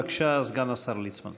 בבקשה, סגן השר ליצמן.